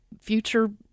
future